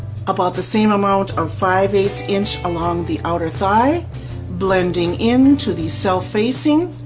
about the same amount of five eight inch along the outer thigh blending into the self facing